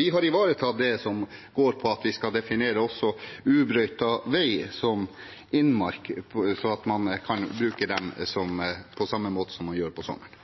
Vi har ivaretatt det som går på at vi skal definere også ubrøytet vei som innmark, sånn at man kan bruke den på samme måte som man gjør på sommeren.